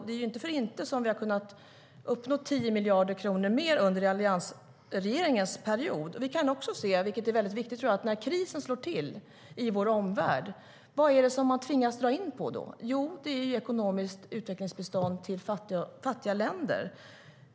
Det är inte för inte som vi har kunnat uppnå 10 miljarder kronor mer under alliansregeringens period. Vi kan också se, vilket är viktigt, när krisen slår till i vår omvärld: Vad är det då man tvingas dra in på? Jo, det är ekonomiskt utvecklingsbistånd till fattiga länder.